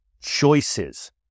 choices